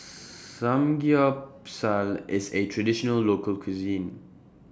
Samgyeopsal IS A Traditional Local Cuisine